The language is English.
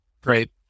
Great